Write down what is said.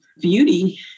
beauty